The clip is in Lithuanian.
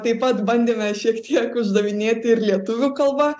taip pat bandėme šiek tiek uždavinėti ir lietuvių kalba